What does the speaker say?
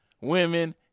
women